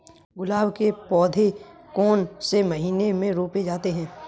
गुलाब के पौधे कौन से महीने में रोपे जाते हैं?